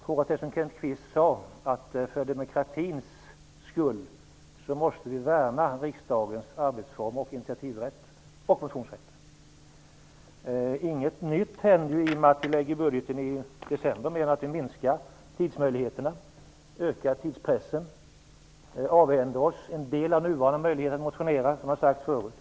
Kenneth Kvist sade att vi för demokratins skull måste värna riksdagens arbetsformer, initiativrätt och motionsrätt. Inget nytt händer i och med att vi behandlar budgeten i december, mer än att vi minskar tidsmöjligheterna, ökar tidspressen och avhändar oss en del av de nuvarande möjligheterna att motionera. Det har sagts förut.